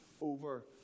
over